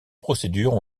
procédures